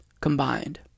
combined